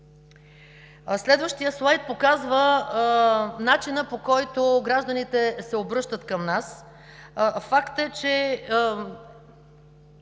Следващият слайд показва начина, по който гражданите се обръщат към нас.